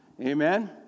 Amen